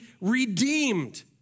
redeemed